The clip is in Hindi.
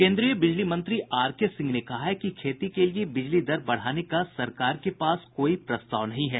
केन्द्रीय बिजली मंत्री आरके सिंह ने कहा है कि खेती के लिए बिजली दर बढ़ाने का सरकार के पास कोई प्रस्ताव नहीं है